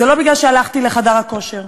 זה לא מפני שהלכתי לחדר הכושר,